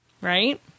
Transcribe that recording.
right